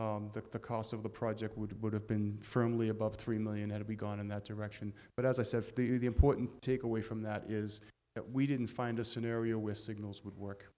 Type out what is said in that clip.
that the cost of the project would would have been firmly above three million had we gone in that direction but as i said to you the important takeaway from that is that we didn't find a scenario with signals would work